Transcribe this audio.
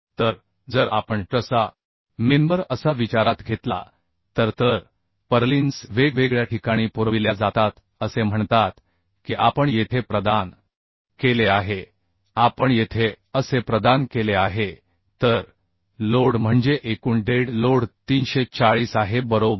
तर जर आपण ट्रसचा मेंबर असा विचारात घेतला तर तर पर्लिन्स वेगवेगळ्या ठिकाणी पुरविल्या जातात असे म्हणतात की आपण येथे प्रदान केले आहे आपण येथे असे प्रदान केले आहे तर लोड म्हणजे एकूण डेड लोड 340 आहे बरोबर